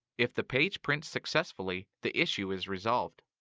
if the page prints successfully, the issue is resolved.